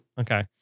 Okay